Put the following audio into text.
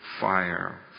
fire